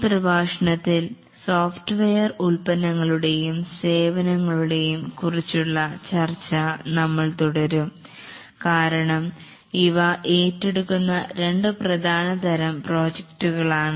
ഈ പ്രഭാഷണത്തിൽ സോഫ്റ്റ്വെയർ ഉൽപന്നങ്ങളുടെയും സേവനങ്ങളുടെയും കുറിച്ചുള്ള ചർച്ച നമ്മൾ തുടരും കാരണം ഇവ ഏറ്റെടുക്കുന്ന രണ്ട് പ്രധാന തരം പ്രോജക്ടുകളാണ്